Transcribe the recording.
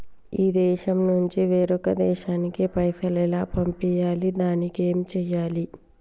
ఈ దేశం నుంచి వేరొక దేశానికి పైసలు ఎలా పంపియ్యాలి? దానికి ఏం చేయాలి?